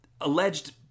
alleged